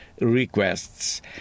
requests